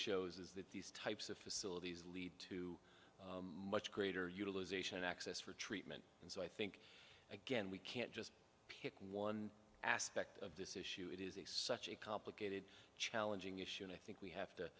shows is that these types of facilities lead to much greater utilization access for treatment and so i think again we can't just pick one aspect of this issue it is a such a complicated challenging issue and i think we have to